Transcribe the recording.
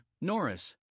Norris